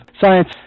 science